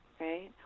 Right